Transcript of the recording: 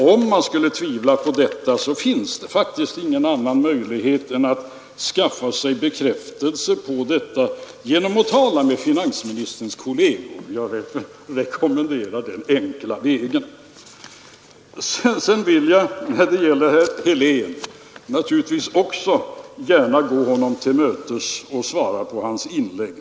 Om man skulle tvivla på detta, finns det faktiskt ingen Nr 98 nnan möjlighet än att skaffa sig bekräftelse gEnOMT att tala med Torsdagen den finansministerns kolleger. Jag rekommenderar den enkla vägen. 24 maj 1973 När det sedan gäller herr Helén vill jag naturligtvis gärna också gå honom till mötes och svara på hans inlägg.